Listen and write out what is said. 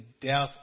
death